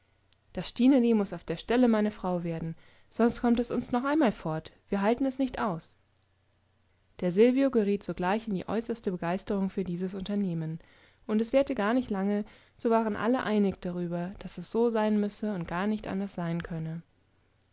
das stineli muß auf der stelle meine frau werden sonst kommt es uns noch einmal fort wir halten es nicht aus der silvio geriet sogleich in die äußerste begeisterung für dieses unternehmen und es währte gar nicht lange so waren alle einig darüber daß es so sein müsse und gar nicht anders sein könnte